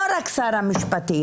לא רק שר המשפטים,